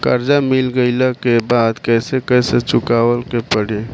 कर्जा मिल गईला के बाद कैसे कैसे चुकावे के पड़ी?